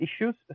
issues